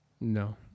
No